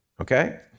okay